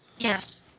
Yes